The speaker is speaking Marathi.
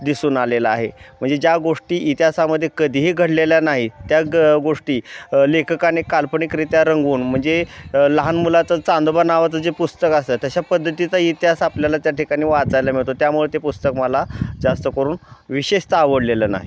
दिसून आलेलं आहे म्हणजे ज्या गोष्टी इतिहासामध्ये कधीही घडलेल्या नाही त्या ग गोष्टी लेखकाने काल्पनिकरित्या रंगवून म्हणजे लहान मुलाचं चांदोबा नावाचं जे पुस्तक असतं तशा पद्धतीचा इतिहास आपल्याला त्या ठिकाणी वाचायला मिळतो त्यामुळे ते पुस्तक मला जास्त करून विशेषतः आवडलेलं नाही